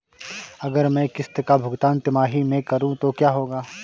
अगर मैं किश्त का भुगतान तिमाही में करूं तो क्या होगा?